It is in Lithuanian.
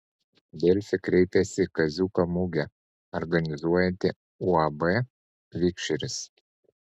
delfi kreipėsi į kaziuko mugę organizuojantį uab vikšris